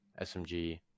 SMG